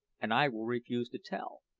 and i will refuse to tell.